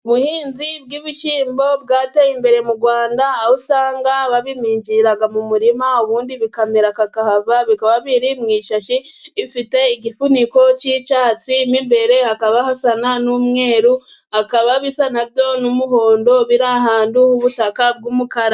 Ubuhinzi bw'ibishyimbo bwateye imbere mu Rwanda aho usanga babiminjira mu murima, ubundi bikamera kakahava. Bikaba biri mu ishashi ifite igifuniko cy'icyatsi, mo imbere hakaba hasa n'umweru, bikaba bisa na byo n'umuhondo, biri ahantu h'ubutaka bw'umukara.